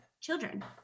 children